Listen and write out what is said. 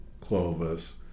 Clovis